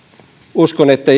uskon että